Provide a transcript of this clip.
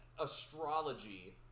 astrology